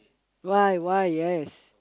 why why yes